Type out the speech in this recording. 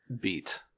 beat